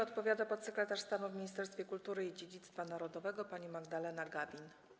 Odpowiada podsekretarz stanu w Ministerstwie Kultury i Dziedzictwa Narodowego pani Magdalena Gawin.